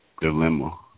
dilemma